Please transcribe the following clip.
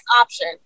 option